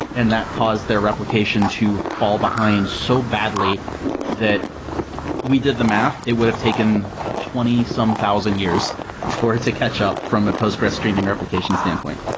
and that caused their replication to fall behind so badly that we did the math, it would've taken twenty some thousand years for it to catch up from a postgres streaming replication standpoint.